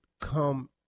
come